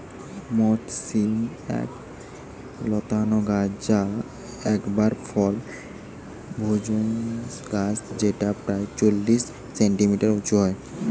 মথ শিম এক লতানা গাছ যা একবার ফলা ভেষজ গাছ যেটা প্রায় চল্লিশ সেন্টিমিটার উঁচু হয়